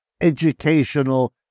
educational